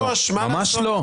ממש לא.